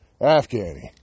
Afghani